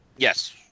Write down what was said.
yes